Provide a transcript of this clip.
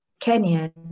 Kenyan